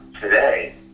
today